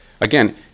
Again